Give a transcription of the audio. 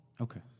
Okay